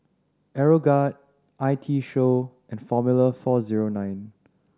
Aeroguard I T Show and Formula Four Zero Nine